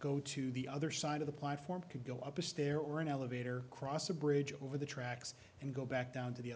go to the other side of the platform could go up a stair or an elevator cross a bridge over the tracks and go back down to the